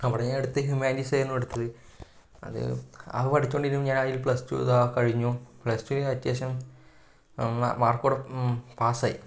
അവിടെ ഞാൻ എടുത്തത് ഹ്യൂമാനിറ്റീസായിരുന്നു എടുത്തത് അത് അത് പഠിച്ചോണ്ടിരിക്കുമ്പോൾ ഞാൻ അതിൽ പ്ലസ് ടു ഇതാ കഴിഞ്ഞു പ്ലസ് ടു അത്യാവശ്യം മാർക്കോടെ പാസ്സായി